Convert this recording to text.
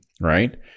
right